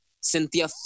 Cynthia